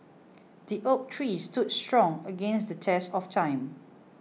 the oak tree stood strong against the test of time